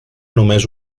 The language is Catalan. només